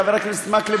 חבר הכנסת מקלב,